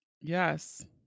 Yes